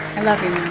i love you,